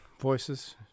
voices